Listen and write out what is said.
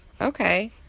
Okay